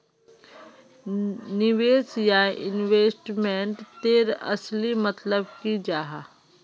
निवेश या इन्वेस्टमेंट तेर असली मतलब की जाहा?